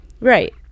Right